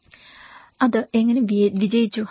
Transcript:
അത് എങ്ങനെ വിജയിച്ചു